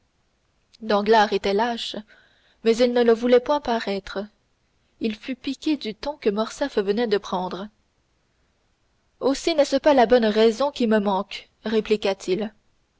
danglars était lâche mais il ne le voulait point paraître il fut piqué du ton que morcerf venait de prendre aussi n'est-ce pas la bonne raison qui me manque répliqua-t-il